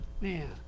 Man